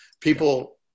People